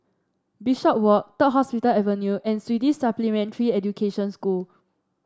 Bishopswalk Third Hospital Avenue and Swedish Supplementary Education School